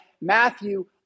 Matthew